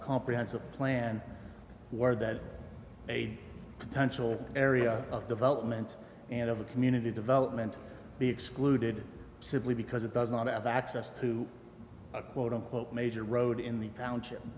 comprehensive plan or that a potential area of development and of the community development be excluded simply because it does not have access to a quote unquote major road in the town